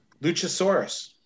Luchasaurus